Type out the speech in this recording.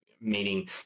meaning